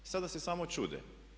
Sada se samo čude.